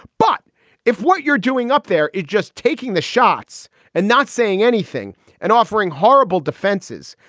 but if what you're doing up there is just taking the shots and not saying anything and offering horrible defenses,